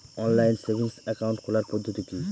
Online savings account খোলার পদ্ধতি কি?